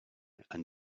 and